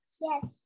yes